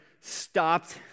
stopped